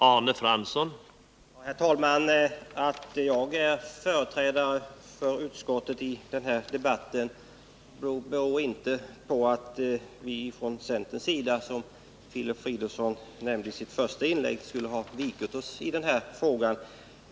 Herr talman! Att jag företräder utskottet i den här debatten beror inte på att vi från centerns sida, som Filip Fridolfsson nämnde i sitt första inlägg, skulle vikt oss i den här frågan.